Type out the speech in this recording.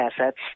assets